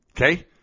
Okay